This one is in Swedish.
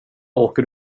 åker